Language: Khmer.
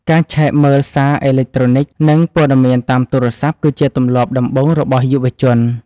ការឆែកមើលសារអេឡិចត្រូនិក និងព័ត៌មានតាមទូរស័ព្ទ គឺជាទម្លាប់ដំបូងរបស់យុវជន។